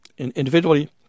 individually